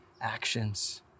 actions